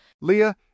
Leah